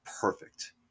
perfect